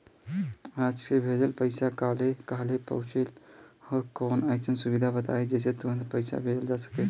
आज के भेजल पैसा कालहे काहे पहुचेला और कौनों अइसन सुविधा बताई जेसे तुरंते पैसा भेजल जा सके?